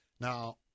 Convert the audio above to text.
Now